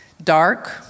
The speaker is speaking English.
dark